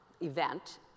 event